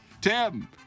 Tim